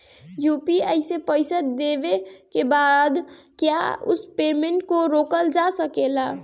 UPI से पईसा देने के बाद क्या उस पेमेंट को रोकल जा सकेला?